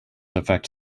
affect